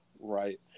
Right